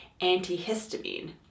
antihistamine